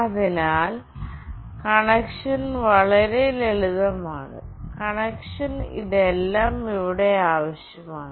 അതിനാൽ കണക്ഷൻ വളരെ ലളിതമാണ് കണക്ഷന് ഇതെല്ലാം ഇവിടെ ആവശ്യമാണ്